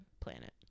planet